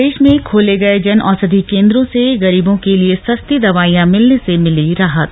प्रदेश में खोले गए जनऔषधि केंद्रों से गरीबों के लिए सस्ती दवाइयां मिलने से मिली राहत